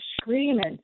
screaming